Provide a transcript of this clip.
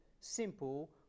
simple